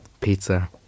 Pizza